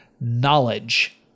Knowledge